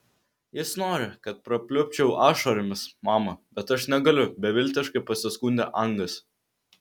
jis nori kad prapliupčiau ašaromis mama bet aš negaliu beviltiškai pasiskundė angas